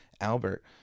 Albert